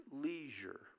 leisure